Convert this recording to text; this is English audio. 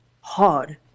hard